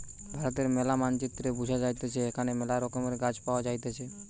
ভারতের ম্যালা মানচিত্রে বুঝা যাইতেছে এখানে মেলা রকমের গাছ পাওয়া যাইতেছে